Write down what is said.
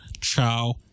Ciao